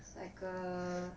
cycle